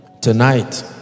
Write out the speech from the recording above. Tonight